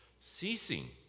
ceasing